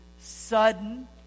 sudden